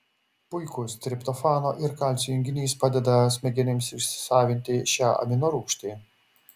puikus triptofano ir kalcio junginys padeda smegenims įsisavinti šią aminorūgštį